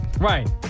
Right